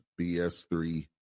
BS3